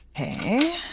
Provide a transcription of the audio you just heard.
Okay